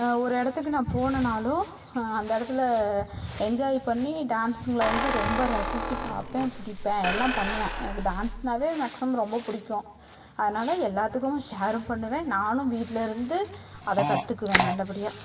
ஒரு இடத்துக்கு நான் போனனாலும் அந்த இடத்துல என்ஜாய் பண்ணி டான்ஸ்ஸுங்களை வந்து ரொம்ப ரசிச்சு பார்ப்பன் பிடிப்பன் எல்லாம் பண்ணுவேன் எனக்கு டான்ஸ்னாவே மேக்ஸிமம் ரொம்ப பிடிக்கும் அதனால எல்லாத்துக்கும் ஷேரும் பண்ணுவேன் நானும் வீட்டில்ருந்து அதை கற்றுக்குவேன் நல்லபடியாக